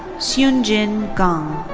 seungjin kang.